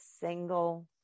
single